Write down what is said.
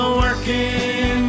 working